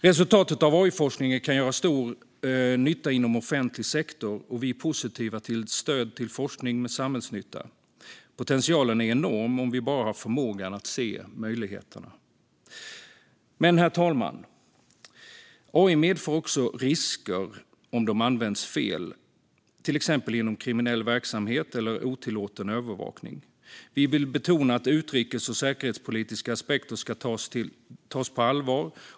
Resultatet av AI-forskningen kan göra stor nytta inom offentlig sektor, och vi är positiva till stöd till forskning med samhällsnytta. Potentialen är enorm om vi bara har förmågan att se möjligheterna. Men, herr talman, AI medför också risker om den används fel - det kan till exempel handla om kriminell verksamhet eller om otillåten övervakning. Vi vill betona att utrikes och säkerhetspolitiska aspekter ska tas på allvar.